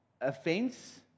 offense